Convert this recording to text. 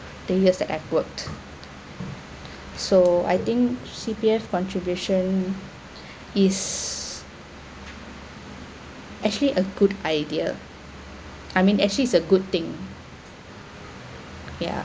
that used the app worked so I think C_P_F contribution is actually a good idea I mean actually is a good thing ya